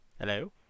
Hello